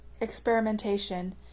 experimentation